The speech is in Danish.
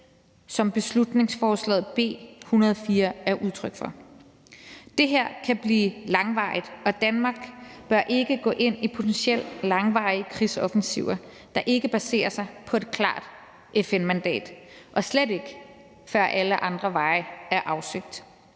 som beslutningsforslag B 104 er udtryk for. Det her kan blive langvarigt, og Danmark bør ikke gå ind i potentielt langvarige krigsoffensiver, der ikke baserer sig på et klart FN-mandat, og slet ikke, før alle andre veje er afsøgt.